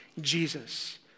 Jesus